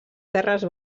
terres